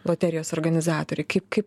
loterijos organizatoriai kaip kaip